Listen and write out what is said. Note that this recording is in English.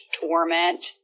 torment